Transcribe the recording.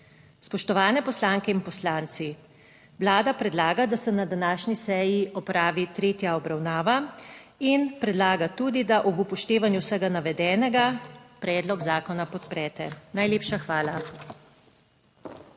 Spoštovane poslanke in poslanci, Vlada predlaga, da se na današnji seji opravi tretja obravnava in predlaga tudi, da ob upoštevanju vsega navedenega predlog zakona podprete. Najlepša hvala.